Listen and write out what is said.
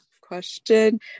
question